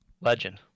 legend